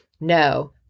No